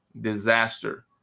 disaster